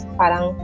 parang